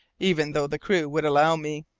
even though the crew would allow me.